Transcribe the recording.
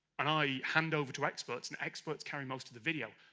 and i hand over to experts and experts carrying most of the video,